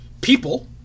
people